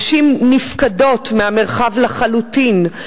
נשים נפקדות מהמרחב לחלוטין.